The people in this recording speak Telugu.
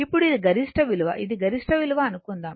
ఇప్పుడు ఇది గరిష్ట విలువ ఇది గరిష్ట విలువ అనుకుందాం